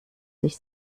sich